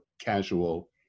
casual